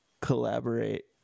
collaborate